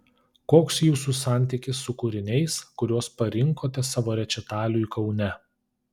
koks jūsų santykis su kūriniais kuriuos parinkote savo rečitaliui kaune